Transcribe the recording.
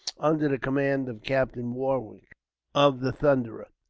under the command of captain warwick of the thunderer.